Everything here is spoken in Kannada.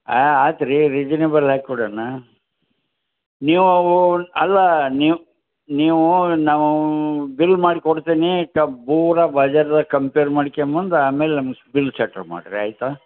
ಹಾಂ ಆಯ್ತ್ರೀ ರಿಜನೆಬಲ್ ಹಾಕ್ಕೊಡೋಣ ನೀವು ಅವು ಅಲ್ಲ ನೀವು ನೀವು ನಾವು ಬಿಲ್ ಮಾಡ್ಕೊಡ್ತೀನಿ ತಬ್ ಬೂರ ಬಜಾರ್ನಗ ಕಂಪೇರ್ ಮಾಡ್ಕೊಂಡ್ಬಂದು ಆಮೇಲೆ ನಮಗೆ ಬಿಲ್ ಸೆಟ್ಲ್ ಮಾಡಿರಿ ಆಯ್ತಾ